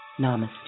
Namaste